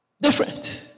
Different